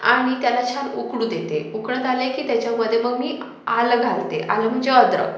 आणि त्याला छान उकळू देते उकळत आले की त्याच्यामध्ये मग मी आलं घालते आलं म्हणजे अद्रक